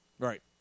Right